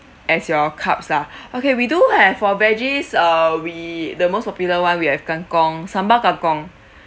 as your cups ah okay we do have for veggies uh we the most popular one we have kangkung sambal kangkung